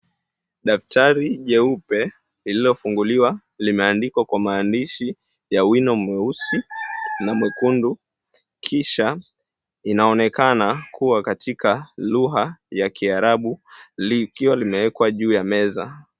Daftari jeupe lililofunguliwa limeandikwa kwa maandishi ya wino mweusi na mwekundu kisha inaonekana kuwa katika lugha ya kiarabu likiwa limewekwa juu ya meza.